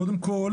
קודם כל,